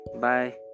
bye